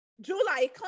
July